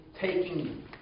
taking